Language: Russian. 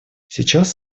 сейчас